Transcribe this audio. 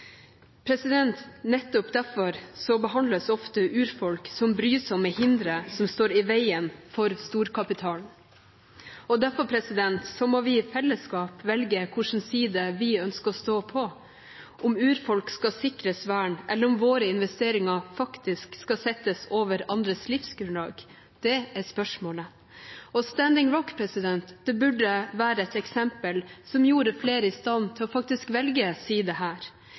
Nettopp derfor behandles ofte urfolk som brysomme hindre som står i veien for storkapitalen. Derfor må vi i fellesskap velge hvilken side vi ønsker å stå på. Om urfolk skal sikres vern, eller om våre investeringer faktisk skal settes over andres livsgrunnlag – det er spørsmålet. Standing Rock burde være et eksempel som gjorde flere i stand til faktisk å velge side her.